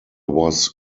was